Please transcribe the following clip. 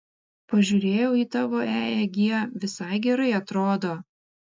pažiūrėjau į tavo eeg visai gerai atrodo